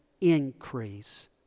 increase